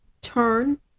turn